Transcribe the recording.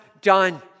done